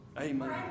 Amen